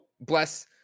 bless